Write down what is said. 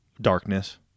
darkness